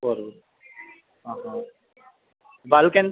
four books ఆహా bulk ఎన్ని